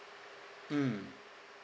mm